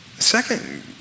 second